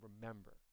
remember